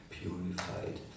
purified